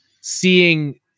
seeing